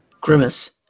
Grimace